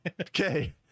okay